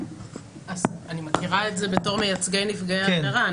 אני מכירה את זה בתור מייצגי נפגעי עבירה.